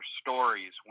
stories